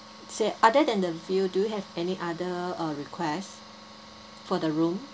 say other than the view do you have any other uh request for the room